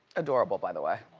adorable, by the way.